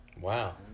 Wow